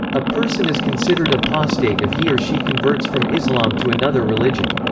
a person is considered apostate if he or she converts from islam to another religion.